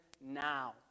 now